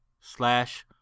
slash